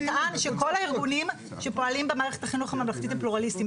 שטען שכל הארגונים שפועלים במערכת החינוך הממלכתית הם פלורליסטיים.